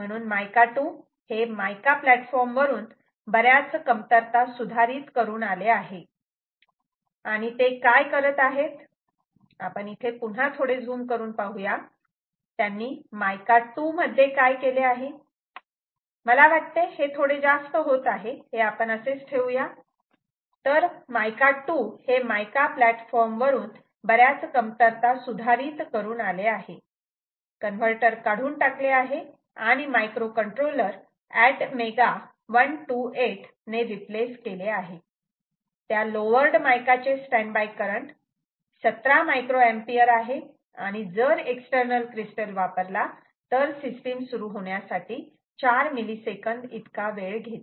म्हणून मायका 2 हे MICA platform वरून बऱ्याच कमतरता सुधारित करून आले आहे आणि ते काय करत आहेत आपण इथे पुन्हा थोडे झूम करून पाहूया त्यांनी मायका 2 मध्ये काय केले आहे मला वाटते हे थोडे जास्त होत आहे हे आपण असे ठेवूया तर हे मायका 2 हे मायका प्लॅटफॉर्म वरून बऱ्याच कमतरता सुधारित करून आले आहे कन्वर्टर काढून टाकले आहे आणि मायक्रो कंट्रोलर ATmega 128 रिप्लेस केले आहेत्या लोवर्ड मायका चे स्टॅन्ड बाय करंट 17 मायक्रोएम्पिअर आहे आणि जर एक्सटर्नल क्रिस्टल वापरला तर सिस्टीम सुरू होण्यासाठी 4 मिलीसेकंद वेळ घेते